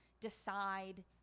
decide